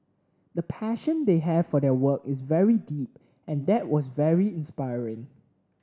the passion they have for their work is very deep and that was very inspiring